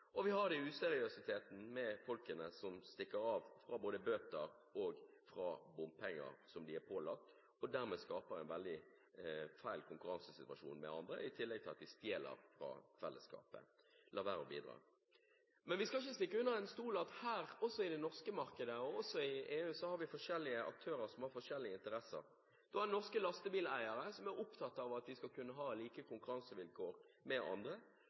Vi har useriøsiteten med folkene som stikker av fra både bøter og bompenger som de er pålagt å betale, og dermed skaper en veldig feil konkurransesituasjon i forhold til andre – i tillegg til at de stjeler fra fellesskapet, de lar være å bidra. Men vi skal ikke stikke under stol at både i det norske markedet og i EU er det forskjellige aktører som har forskjellige interesser: Det er norske lastebileiere som er opptatt av at de skal kunne ha samme konkurransevilkår som andre,